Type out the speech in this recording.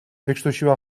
wykrztusiła